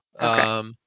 Okay